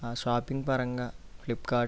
shopping పరంగా Flipkart